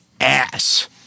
ass